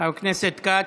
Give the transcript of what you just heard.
חבר הכנסת כץ,